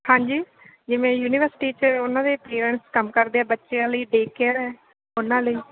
ਹਾਂਜੀ ਜਿਵੇਂ ਯੂਨੀਵਰਸਿਟੀ 'ਚ ਉਹਨਾਂ ਦੇ ਪੇਰੈਂਟਸ ਕੰਮ ਕਰਦੇ ਆ ਬੱਚਿਆਂ ਲਈ ਡੇ ਕੇਅਰ ਹੈ ਉਹਨਾਂ ਲਈ